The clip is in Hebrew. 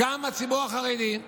גם הציבור החרדי.